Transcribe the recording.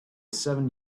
seven